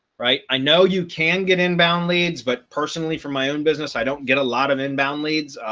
right, i know, you can get inbound leads, but personally, for my own business, i don't get a lot of inbound leads,